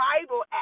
Bible